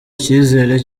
icyizere